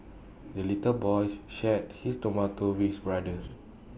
the little boy shared his tomato with brother